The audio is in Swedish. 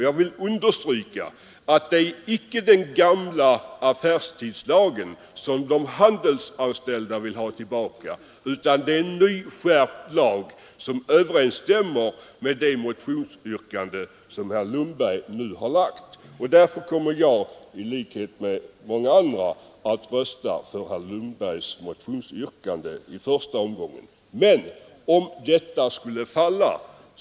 Jag vill understryka att det icke är den gamla affärstidslagen som de handelsanställda vill ha tillbaka, utan de vill ha en ny och skärpt lag, som överensstämmer med det motionsyrkande som herr Lundberg nu har framställt. Därför kommer jag i likhet med många andra ledamöter att i den första voteringsomgången rösta för herr Lundbergs motionsyrkande.